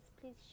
Please